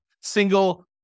single